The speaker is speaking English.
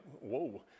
whoa